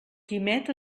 quimet